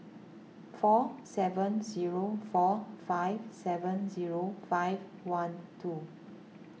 four seven zero four five seven zero five one two